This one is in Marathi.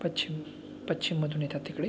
पश्चिम पश्चिममधून येतात तिकडे